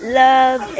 love